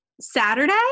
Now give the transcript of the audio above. Saturday